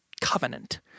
covenant